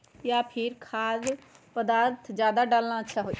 या फिर खाद्य पदार्थ डालना ज्यादा अच्छा होई?